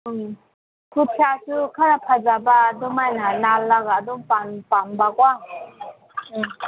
ꯎꯝ ꯈꯨꯠ ꯁꯥꯁꯨ ꯈꯔ ꯐꯖꯕ ꯑꯗꯨꯃꯥꯏꯅ ꯅꯥꯜꯂꯒ ꯑꯗꯨꯝ ꯄꯥꯝꯕꯀꯣ ꯎꯝ